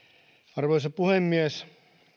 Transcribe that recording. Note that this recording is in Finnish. arvoisa puhemies